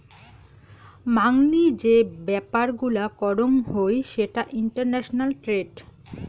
মাংনি যে ব্যাপার গুলা করং হই সেটা ইন্টারন্যাশনাল ট্রেড